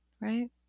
Right